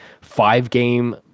five-game